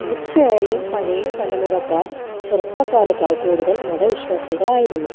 തീര്ച്ചയായും പഴയ തലമുറകാര് ചെറുപ്പക്കാരെക്കാള് കുടൂതല് മതവിശ്വാസികള് ആയിരുന്നു